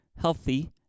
healthy